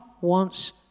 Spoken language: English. wants